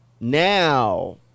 now